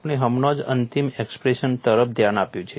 આપણે હમણાં જ અંતિમ એક્સપ્રેશન તરફ ધ્યાન આપ્યું છે